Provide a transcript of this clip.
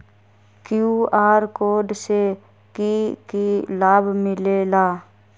QR code से कि कि लाव मिलेला?